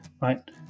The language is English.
right